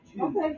okay